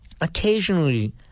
occasionally